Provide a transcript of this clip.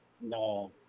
No